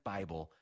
Bible